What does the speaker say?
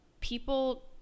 People